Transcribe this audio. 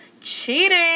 cheating